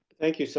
thank you, sally,